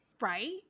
right